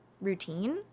routine